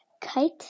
kite